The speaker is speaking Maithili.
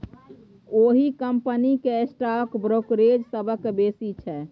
ओहि कंपनीक स्टॉक ब्रोकरेज सबसँ बेसी छै